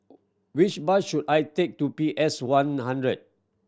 which bus should I take to P S One hundred